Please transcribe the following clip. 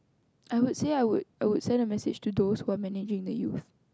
I would say I would I would send a message to those who are messaging the youth